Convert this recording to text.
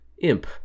Imp